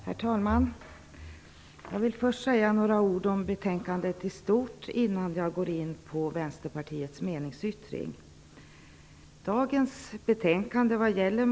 Herr talman! Jag vill innan jag går in på Vänsterpartiets meningsyttring säga några ord om betänkandet i stort.